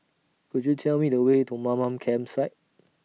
Could YOU Tell Me The Way to Mamam Campsite